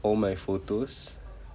all my photos